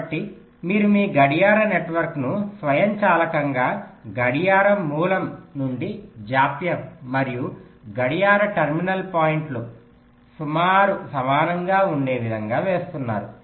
కాబట్టి మీరు మీ గడియార నెట్వర్క్ను స్వయంచాలకంగా గడియారం మూలం నుండి జాప్యం మరియు గడియార టెర్మినల్ పాయింట్ల సుమారు సమానంగా ఉండే విధంగా వేస్తున్నారు